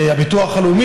הביטוח הלאומי,